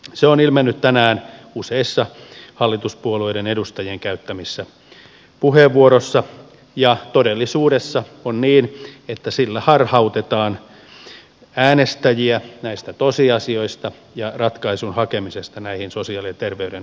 se on ilmennyt tänään useissa hallituspuolueiden edustajien käyttämissä puheenvuoroissa ja todel lisuudessa on niin että sillä harhautetaan äänestäjiä näissä tosiasioissa ja ratkaisun hakemisessa näihin sosiaali ja terveydenhuollon kysymyksiin